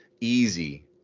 easy